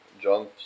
John